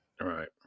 right